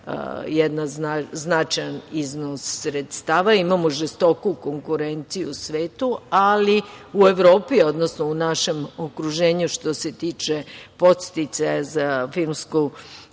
jedan značajan iznos sredstava. Imamo žestoku konkurenciju u svetu, ali i u Evropi, odnosno u našem okruženju, što se tiče podsticaja za filmsku